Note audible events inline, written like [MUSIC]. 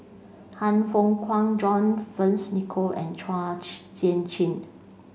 Han Fook Kwang John Fearns Nicoll and [UNINTELLIGIBLE] Sian Chin